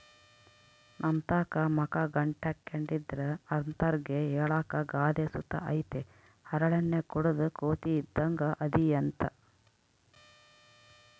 ನಮ್ತಾಕ ಮಕ ಗಂಟಾಕ್ಕೆಂಡಿದ್ರ ಅಂತರ್ಗೆ ಹೇಳಾಕ ಗಾದೆ ಸುತ ಐತೆ ಹರಳೆಣ್ಣೆ ಕುಡುದ್ ಕೋತಿ ಇದ್ದಂಗ್ ಅದಿಯಂತ